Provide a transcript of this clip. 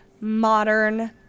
modern